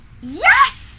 Yes